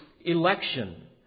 election